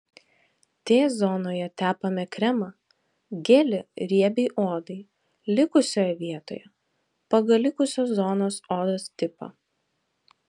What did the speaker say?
t zonoje tepame kremą gelį riebiai odai likusioje vietoje pagal likusios zonos odos tipą